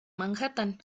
manhattan